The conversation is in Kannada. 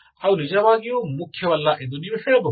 ಅವು ನಿಜವಾಗಿಯೂ ಮುಖ್ಯವಲ್ಲ ಎಂದು ನೀವು ಹೇಳಬಹುದು